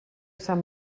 sant